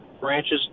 branches